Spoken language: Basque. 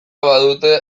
badute